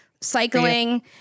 cycling